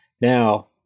Now